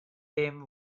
them